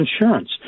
insurance